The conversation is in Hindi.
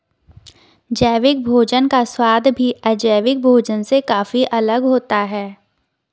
जैविक भोजन का स्वाद भी अजैविक भोजन से काफी अलग होता है